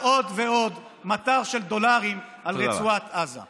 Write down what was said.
עוד ועוד מטר של דולרים על רצועת עזה.